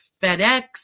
FedEx